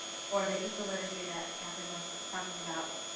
or the eco-literacy that catherine was talking about,